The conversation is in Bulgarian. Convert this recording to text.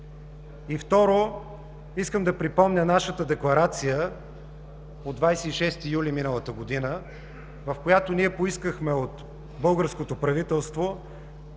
И второ, искам да припомня нашата декларация от 26 юли миналата година, в която поискахме от българското правителство